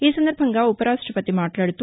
ఈ సందర్బంగా ఉప రాష్లపతి మాట్లాడుతూ